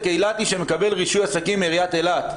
אילתי שמקבל רישוי עסקים מעירית אילת.